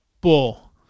bull